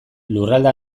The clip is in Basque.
lurralde